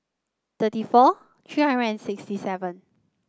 thirty four three hundred and sixty seven